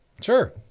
Sure